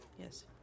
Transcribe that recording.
Yes